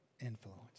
influence